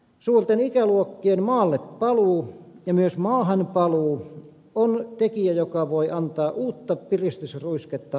suurten ikäluokkien maallepaluu ja myös maahanpaluu on tekijä joka voi antaa uutta piristysruisketta maaseudulle